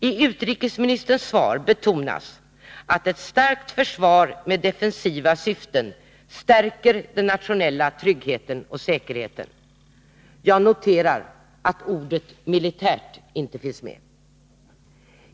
I utrikesministerns svar betonas att ett starkt försvar med defensiva syften stärker den nationella tryggheten och säkerheten. Jag noterar att ordet ”militärt” inte finns med.